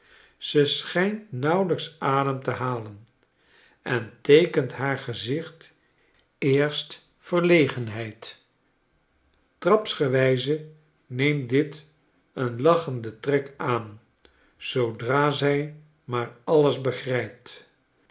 ze schijnt nauwelijks adem te halen en teekent haar gezicht eerst verlegenheid trapsgewijze neemt dit een lachenden trek aan zoodra zij maar alles begrijpt